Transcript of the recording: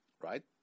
right